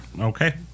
Okay